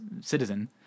citizen